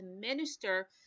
minister